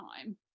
time